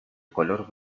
color